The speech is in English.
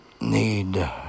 need